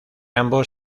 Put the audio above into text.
ambos